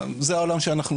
הוא לא עיקר העבודה שלנו,